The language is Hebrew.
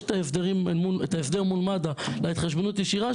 את ההסדר מול מד"א על התחשבנות ישירה,